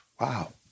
Wow